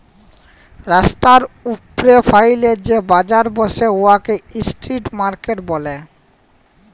রাস্তার উপ্রে ফ্যাইলে যে বাজার ব্যসে উয়াকে ইস্ট্রিট মার্কেট ব্যলে